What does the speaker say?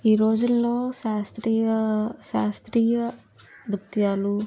ఈ రోజుల్లో శాస్త్రీయ శాస్త్రీయ నృత్యాలు